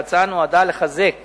ההצעה נועדה לחזק